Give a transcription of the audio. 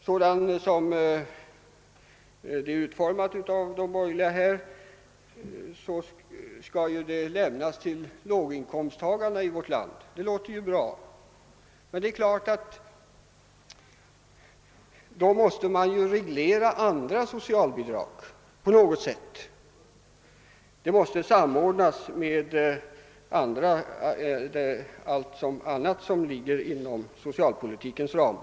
Såsom förslaget är utformat av de borgerliga skall bidraget lämnas till låginkomsttagarna i vårt land. Det låter ju bra, men då måste man ju reglera andra socialbidrag på något sätt. Man måste göra en samordning med allt annat som ligger inom socialpolitikens ram.